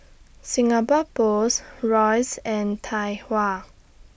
Singapore Post Royce and Tai Hua